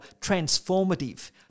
transformative